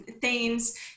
themes